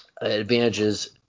advantages